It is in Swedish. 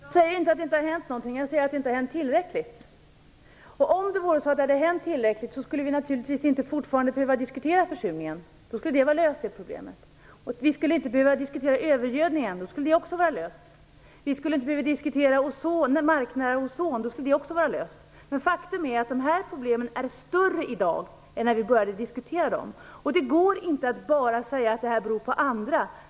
Fru talman! Jag säger inte att det inte har hänt någonting. Jag säger att det inte har hänt tillräckligt. Om det hade hänt tillräckligt skulle vi naturligtvis inte behöva diskutera försurningen fortfarande, utan det problemet skulle vara löst. Vi skulle inte behöva diskutera övergödningen, utan det skulle också vara löst. Vi skulle inte behöva diskutera marknära ozon, utan det skulle vara löst. Men faktum är att de här problemen är större i dag än när vi började diskutera dem. Det går inte att bara säga att det beror på andra.